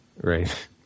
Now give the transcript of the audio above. Right